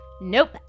Nope